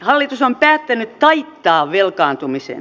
hallitus on päättänyt taittaa velkaantumisen